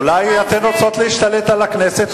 אולי אתן רוצות להשתלט על הכנסת?